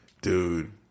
dude